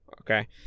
okay